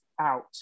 out